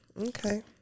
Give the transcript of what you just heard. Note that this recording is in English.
Okay